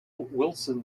wilson